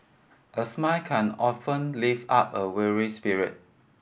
a smile can often lift up a weary spirit